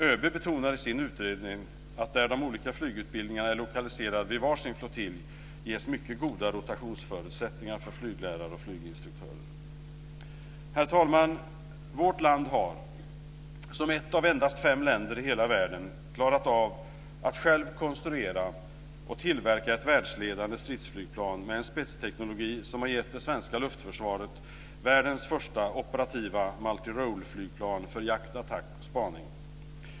ÖB betonar i sin utredning att där de olika flygutbildningarna är lokaliserade vid var sin flottilj ges mycket goda rotationsförutsätttningar för flyglärare och flyginstruktörer. Herr talman! Vårt land har, som ett av endast fem länder i hela världen, klarat av att självt konstruera och tillverka ett världsledande stridsflygplan med en spetsteknologi som har gett det svenska luftförsvaret världens första operativa multi-role-flygplan för jakt, attack och spaning.